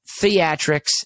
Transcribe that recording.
theatrics